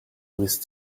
with